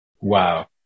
Wow